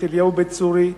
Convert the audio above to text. אליהו בית-צורי,